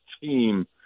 team